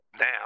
now